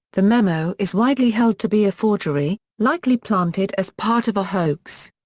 the memo is widely held to be a forgery, likely planted as part of a hoax.